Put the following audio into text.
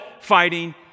fighting